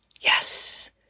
Yes